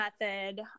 method